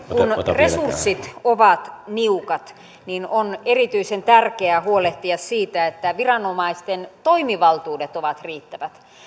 resurssit ovat niukat niin on erityisen tärkeää huolehtia siitä että viranomaisten toimivaltuudet ovat riittävät